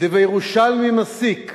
"דבירושלמי מסיק"